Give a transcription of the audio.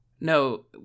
no